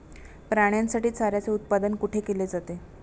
प्राण्यांसाठी चाऱ्याचे उत्पादन कुठे केले जाते?